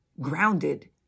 Grounded